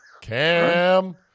Cam